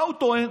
מה הוא טוען?